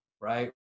right